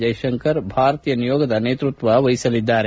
ಜಯಶಂಕರ್ ಭಾರತೀಯ ನಿಯೋಗದ ನೇತೃತ್ವ ವಹಿಸಲಿದ್ದಾರೆ